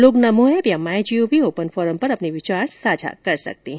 लोग नमो ऐप या my GOV open forum पर अपने विचार साझा कर सकते हैं